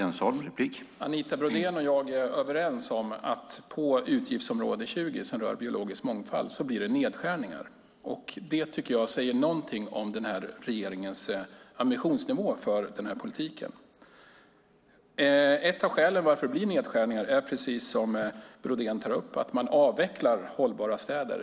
Herr talman! Anita Brodén och jag är överens om att på utgiftsområde 20 som rör biologisk mångfald blir det nedskärningar. Det tycker jag säger någonting om den här regeringens ambitionsnivå för den här politiken. Ett av skälen till att det blir nedskärningar är, precis som Brodén tar upp, att man avvecklar Hållbara städer.